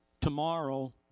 tomorrow